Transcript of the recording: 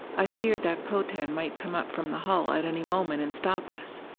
i feared that potan might come up from the hull at any moment and stop us.